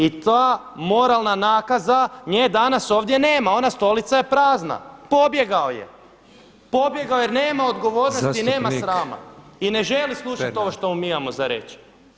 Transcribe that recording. I ta moralna nakaza nje danas ovdje nema ona stolica je prazna, pobjegao je, pobjegao je jer nema odgovornosti i nema srama i ne želi slušati to što mu mi imamo za reći.